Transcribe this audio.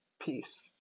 peace